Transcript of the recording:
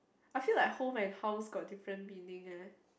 I feel like home and house got different meaning eh